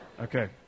Okay